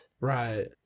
right